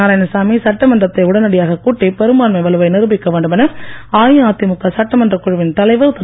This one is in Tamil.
நாராயணசாமி சட்டமன்றத்தை உடனடியாக கூட்டி பெரும்பான்மை வலுவை நிரூபிக்க வேண்டும் என அஇஅதிமுக சட்டமன்ற குழுவின் தலைவர் திரு